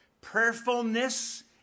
Prayerfulness